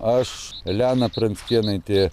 aš elena pranckėnaitė